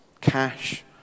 Cash